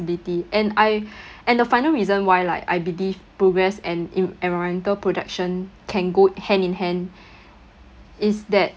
and I and the final reason why like I believe progress and in~ environmental production can go hand in hand is that